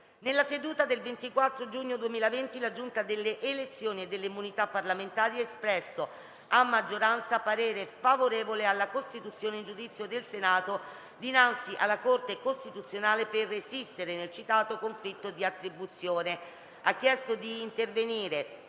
Nella seduta del 24 giugno 2020 la Giunta delle elezioni e delle immunità parlamentari ha espresso a maggioranza parere favorevole alla costituzione in giudizio del Senato dinanzi alla Corte costituzionale per resistere nel citato conflitto di attribuzione (*Doc.* IV-*quater*, n.